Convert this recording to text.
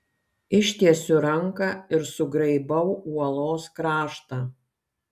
ištiesiu ranką ir sugraibau uolos kraštą